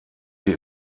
sie